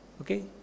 Okay